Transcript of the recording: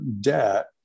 debt